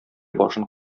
башын